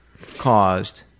caused